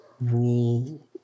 rule